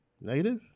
Negative